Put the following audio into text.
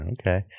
Okay